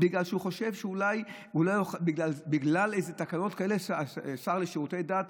בגלל שהוא חושב שאולי בגלל איזה תקנות כאלה של השר לשירותי דת,